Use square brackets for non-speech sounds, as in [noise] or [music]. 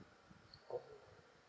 [noise]